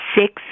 six